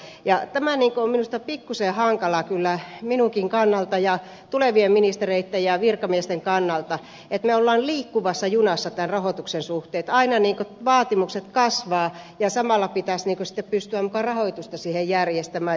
tämä on minusta pikkusen hankalaa kyllä minunkin kannaltani ja tulevien ministereitten ja virkamiesten kannalta että me olemme liikkuvassa junassa tämän rahoituksen suhteen että aina vaatimukset kasvavat ja samalla pitäisi pystyä muka rahoitusta siihen järjestämään